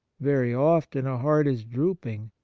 very often a heart is drooping.